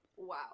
wow